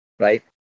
Right